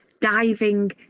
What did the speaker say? diving